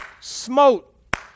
Smote